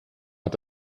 hat